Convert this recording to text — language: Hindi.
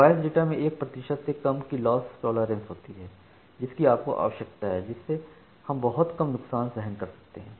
वॉयस डेटा में 1 प्रतिशत से कम की लॉस टोलरेंस होती है जिसकी आपको आवश्यकता है जिससे हम बहुत कम नुकसान सहन कर सकते हैं